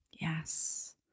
Yes